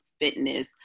fitness